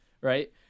Right